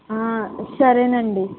సరేనండి